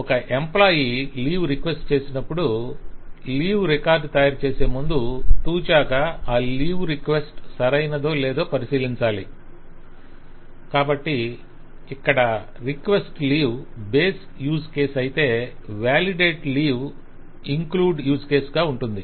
ఒక employee leave request చేసినప్పుడు leave record తయారుచేసేముందు తూచగా ఆ లీవ్ రిక్వెస్ట్ సరైనాదోలేదో పరిశీలించాలి కాబట్టి ఇక్కడ request leave base use case అయితే వేలిడేట్ లీవ్ ఇంక్లూడ్ కేసుగా ఉంటుంది